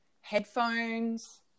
headphones